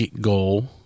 goal